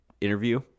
interview